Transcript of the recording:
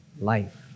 life